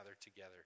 together